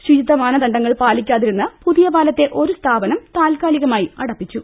ശുചിത്വമാനണ്ഡങ്ങൾ പാലിക്കാതിരുന്ന പുതിയപാലത്തെ ഒരു സ്ഥാപനം താത്കാലികമായി അടപ്പിച്ചു